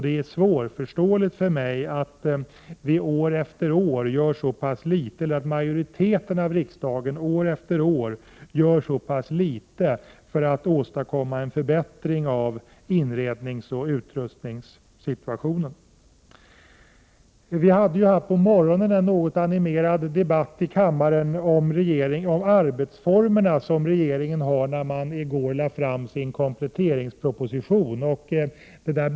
Det är för mig svårförståeligt att riksdagsmajoriteten år efter år gör så litet för att åstadkomma en förbättring av inredningsoch utrustningssituationen. Denna morgon fördes en något animerad debatt i kammaren om de arbetsformer som regeringen tillämpar i kompletteringspropositionen, vilken lades i går.